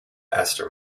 esther